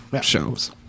Shows